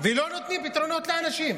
ולא נותנים פתרונות לאנשים.